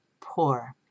poor